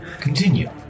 Continue